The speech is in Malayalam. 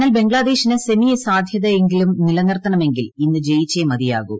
എന്നാൽ ബംഗ്ലാദേശിന് സെമി സാധ്യതയെങ്കിലും നിലനിർത്തണമെങ്കിൽ ഇന്ന് ജയിച്ചേ മതിയാകൂ